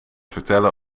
vertellen